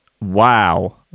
Wow